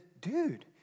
dude